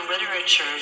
literature